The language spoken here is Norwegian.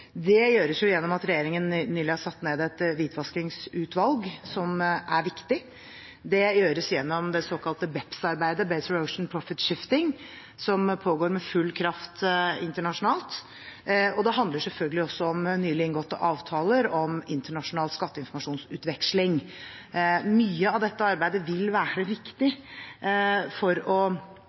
Det gjøres gjennom at regjeringen nylig har satt ned et hvitvaskingsutvalg, noe som er viktig. Det gjøres gjennom det såkalte BEPS-arbeidet, Base Erosion and Profit Shifting, som pågår med full kraft internasjonalt. Det handler selvfølgelig også om nylig inngåtte avtaler om internasjonal skatteinformasjonsutveksling. Mye av dette arbeidet vil være viktig for gradvis å